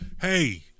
Hey